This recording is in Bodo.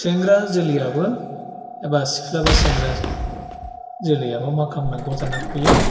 सेंग्रा जोलैआबो एबा सिख्ला बा सेंग्रा जोलैआबा मा खालामनांगौ जाना फैयो